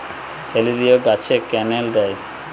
হেলিলিও গাছে ক্যানেল দেয়?